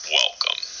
welcome